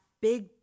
big